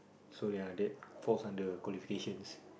so ya that falls under qualifications